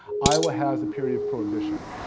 iowa has a period of prohibition.